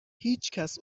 هیچکس